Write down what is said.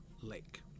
lake